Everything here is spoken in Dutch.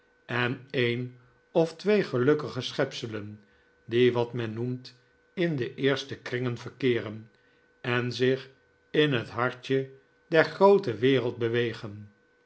en een of twee gelukkige schepselen die wat men noemt in de eerste kringen verkeeren en zich in het hartje der groote wereld bewegen